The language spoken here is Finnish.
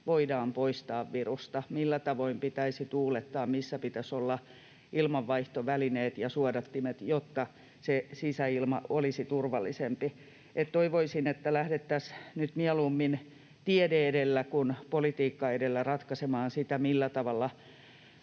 voidaan poistaa virusta, millä tavoin pitäisi tuulettaa ja missä pitäisi olla ilmanvaihtovälineet ja suodattimet, jotta sisäilma olisi turvallisempi. Toivoisin, että lähdettäisiin nyt mieluummin tiede edellä kuin politiikka edellä ratkaisemaan sitä, millä tavalla